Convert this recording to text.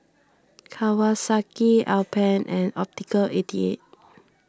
Kawasaki Alpen and Optical eighty eight